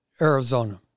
arizona